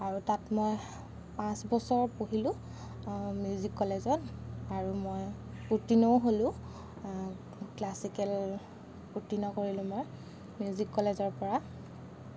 আৰু তাত মই পাঁচ বছৰ পঢ়িলোঁ মিউজিক কলেজত আৰু মই উত্তীৰ্ণও হ'লোঁ ক্লাছিকেল উত্তীৰ্ণ কৰিলোঁ মই মিউজিক কলেজৰ পৰা